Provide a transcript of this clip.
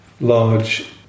large